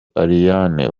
ariane